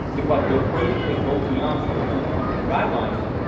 because they're afraid if they go beyond the insurance company guidelines,